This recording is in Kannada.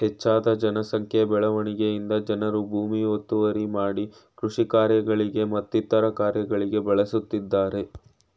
ಹೆಚ್ಜದ ಜನ ಸಂಖ್ಯೆ ಬೆಳವಣಿಗೆಯಿಂದ ಜನರು ಭೂಮಿ ಒತ್ತುವರಿ ಮಾಡಿ ಕೃಷಿ ಕಾರ್ಯಗಳಿಗೆ ಮತ್ತಿತರ ಕಾರ್ಯಗಳಿಗೆ ಬಳಸ್ತಿದ್ದರೆ